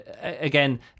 again